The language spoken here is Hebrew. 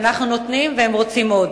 שאנחנו נותנים והם רוצים עוד.